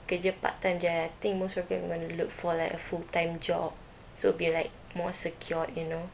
kerja part time ya I think most probably I'm going to look for like a full time job so I'll be like more secured you know